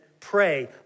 Pray